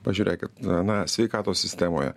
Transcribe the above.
pažiūrėkit na na sveikatos sistemoje